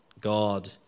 God